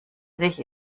sich